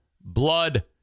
blood